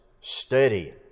steady